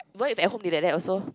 what if at home they like that also